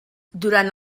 durant